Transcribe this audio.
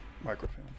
Microfilm